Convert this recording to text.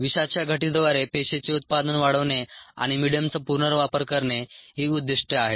विषाच्या घटीद्वारे पेशीचे उत्पादन वाढवणे आणि मिडीयमचा पुनर्वापर करणे ही उद्दिष्ट्ये आहेत